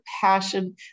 passion